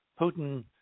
Putin